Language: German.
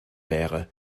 wäre